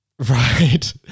right